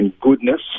goodness